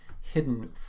hidden